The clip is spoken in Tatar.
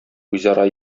үзара